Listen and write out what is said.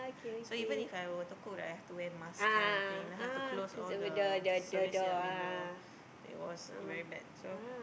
so even If I were to cook right I have to wear mask kind of thing then I have to close all the service yard window it was very bad so